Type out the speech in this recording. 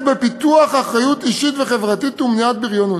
בפיתוח אחריות אישית וחברתית ומניעת בריונות.